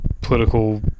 political